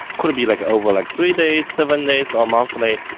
could have be like over like three days, seven days or monthly.